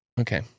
Okay